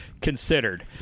considered